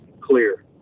clear